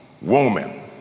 woman